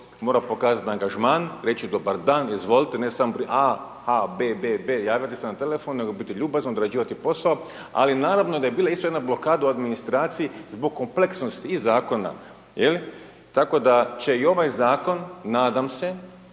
mora pokazati angažman, reći dobar dan, izvolite, ne samo a ha, a, b, b, b, javiti se na telefon, nego biti ljubazan, određivati posao. Ali naravno da je bila isto jedna blokada u administraciji zbog kompleksnosti i zakona. Tako da će i ovaj zakon nadam se